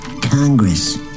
Congress